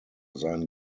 seien